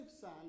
sun